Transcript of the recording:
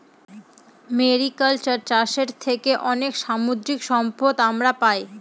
mariculture চাষের থেকে অনেক সামুদ্রিক সম্পদ আমরা পাই